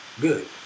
Good